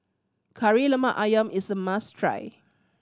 Kari Lemak Ayam is a must try